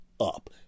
up